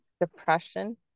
depression